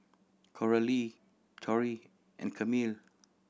Coralie Tory and Camille